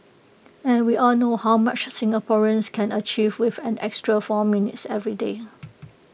and we all know how much Singaporeans can achieve with an extra four minutes every day